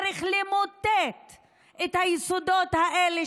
צריך למוטט את היסודות האלה,